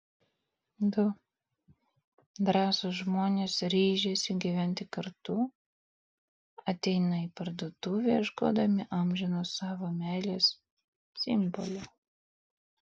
du drąsūs žmonės ryžęsi gyventi kartu ateina į parduotuvę ieškodami amžinos savo meilės simbolio